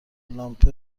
لامپ